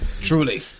Truly